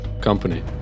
company